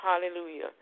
hallelujah